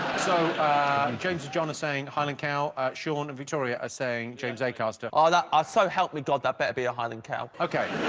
so james johnny sain highland cow shawn and victoria are saying james a caster. are that are so help we've got that better be a highland cow, okay?